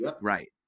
right